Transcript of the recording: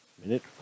Minute